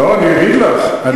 לא, אני אגיד לך.